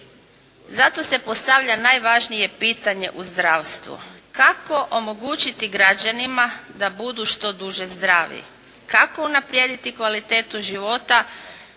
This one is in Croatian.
Zato se postavlja najvažnije pitanje u zdravstvu, kako omogućiti građanima da budu što duže zdravi? Kako unaprijediti kvalitetu života?